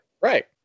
Right